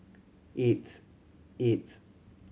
eight